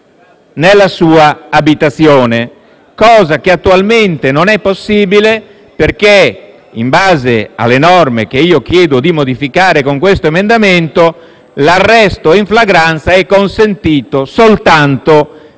nella sua abitazione. Cosa che attualmente non è possibile perché, in base alle norme che chiedo di modificare con la mia proposta emendativa, l'arresto in flagranza è consentito soltanto